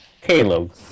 Caleb